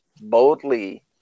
boldly